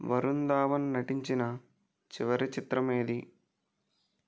వరుణ్ దావన్ నటించిన చివరి చిత్రం ఏది